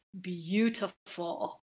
beautiful